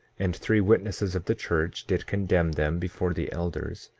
and three witnesses of the church did condemn them before the elders,